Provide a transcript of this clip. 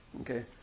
Okay